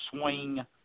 swing